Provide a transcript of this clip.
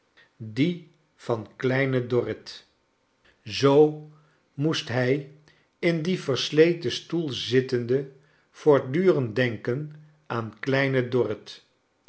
die van kleine dorcharles dickens ritl zoo moest hij in dien versleten stoel zittende voortdurend denkcn aan kleine dorrit